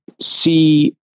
see